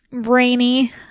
Brainy